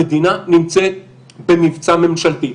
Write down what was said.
המדינה נמצאת במבצע ממשלתי.